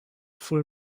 full